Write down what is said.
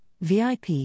VIP